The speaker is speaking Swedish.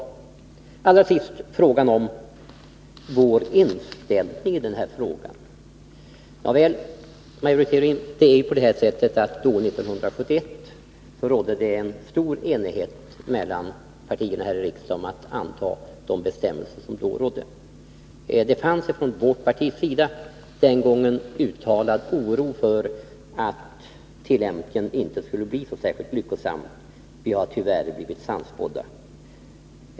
Till sist gäller det centerpartiets inställning i den här frågan. Det är på det sättet, Maj Britt Theorin, att det år 1971 rådde stor enighet mellan partierna här i riksdagen om att anta de bestämmelser som då aktualiserades. Det fanns den gången från vårt partis sida uttalad oro för att tillämpningen inte skulle bli särskilt lyckosam. Vi har tyvärr blivit sannspådda.